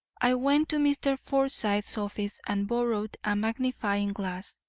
i went to mr. forsyth's office and borrowed a magnifying-glass,